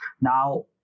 now